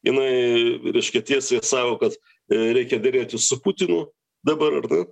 jinai reiškia tiesiai atsako kad reikia derėtis su putinu dabar ar ne